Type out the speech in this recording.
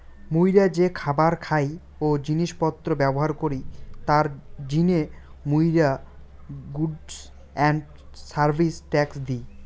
মুইরা যে খাবার খাই ও জিনিস পত্র ব্যবহার করি তার জিনে মুইরা goods and service tax the